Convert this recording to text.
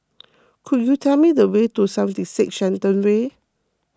could you tell me the way to seventy six Shenton Way